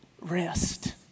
Rest